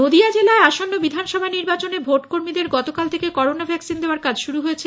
নদীয়া জেলায় আসন্ন বিধানসভা নির্বাচনে ভোটকর্মীদের গতকাল থেকে করোনা ভ্যাক্সিন দেওয়ার কাজ শুরু হয়েছে